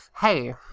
hey